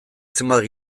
zenbait